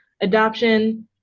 adoption